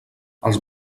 els